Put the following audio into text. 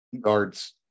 guards